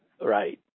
right